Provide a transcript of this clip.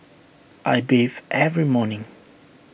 I bathe every morning